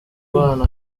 bana